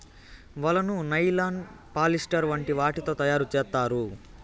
వలను nylon, polyester వంటి వాటితో తయారు చేత్తారు